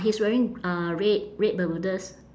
he's wearing uh red red bermudas